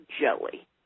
jelly